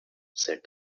said